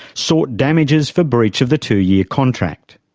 sought damages for breach of the two-year contract.